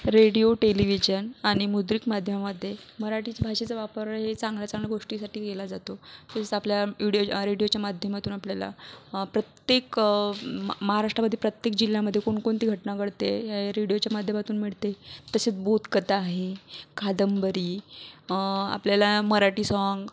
radio television आणि मुद्रित माध्यमामध्ये मराठी भाषेचा वापर हे चांगल्या चांगल्या गोष्टीसाठी केला जातो तसं आपल्या व्हिडिओ रेडिओच्या माध्यमातून आपल्याला प्रत्येक महाराष्ट्रामध्ये प्रत्येक जिल्ह्यामध्ये कोणकोणती घटना घडते हे रेडिओच्या माध्यमातून मिळते तसेच बोधकथा आहे कादंबरी आपल्याला मराठी साँग हिंदी साँग